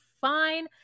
fine